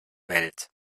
welt